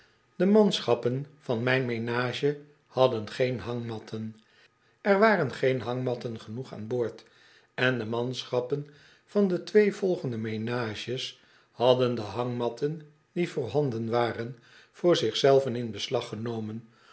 de manschappen van mijn menage hadden geen hangmatten er waren geen hangmatten genoeg aan boord en de manschappen van de twee volgende menages hadden de hangmatten die voorhanden waren voor zich zelven in beslag genomen